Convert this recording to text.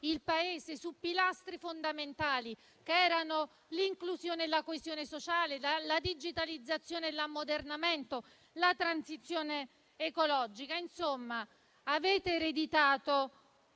il Paese su pilastri fondamentali, quali l'inclusione e la coesione sociale, la digitalizzazione e l'ammodernamento, nonché la transizione ecologica. Insomma, avete ereditato